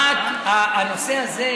ורק הנושא הזה,